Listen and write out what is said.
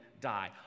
die